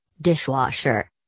dishwasher